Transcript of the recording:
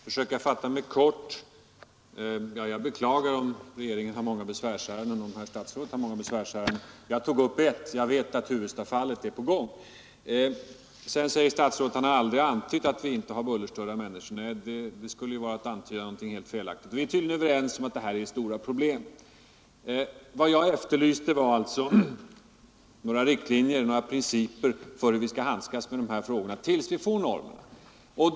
Herr talman! Jag skall försöka fatta mig kort. Jag beklagar om herr statsrådet har många besvärsärenden; jag tog upp ett och jag vet att Huvudstafallet är på gång. Sedan säger statsrådet att han aldrig har antytt att vi inte har bullerstörda människor. Nej, det skulle ju vara att antyda någonting helt felaktigt. Vi är tydligen överens om att det här är stora problem. Vad jag efterlyste var alltså några riktlinjer, några principer för hur vi skall handskas med dessa frågor tills vi får normerna.